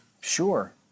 Sure